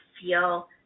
feel